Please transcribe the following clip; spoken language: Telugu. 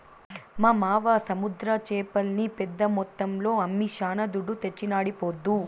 మా మావ సముద్ర చేపల్ని పెద్ద మొత్తంలో అమ్మి శానా దుడ్డు తెచ్చినాడీపొద్దు